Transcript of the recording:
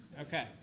Okay